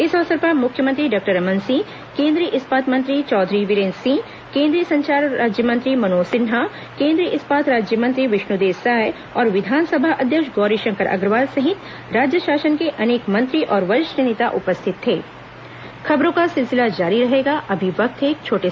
इस अवसर पर मुख्यमंत्री डॉक्टर रमन सिंह केंद्रीय इस्पात मंत्री चौधरी वीरेन्द्र सिंह केंद्रीय संचार राज्यमंत्री मनोज सिन्हा केंद्रीय इस्पात राज्यमंत्री विष्णुदेव साय और विधानसभा अध्यक्ष गौरीशंकर अग्रवाल सहित राज्य शासन के अनेक मंत्री और वरिष्ठ नेता उपस्थित थे